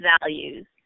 values